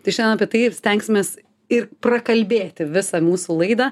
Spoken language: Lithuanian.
tai šiandien apie tai ir stengsimės ir prakalbėti visą mūsų laidą